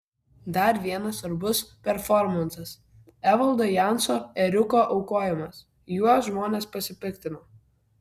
dar vienas svarbus performansas evaldo janso ėriuko aukojimas juo žmonės pasipiktino